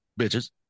bitches